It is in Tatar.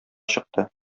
чыкты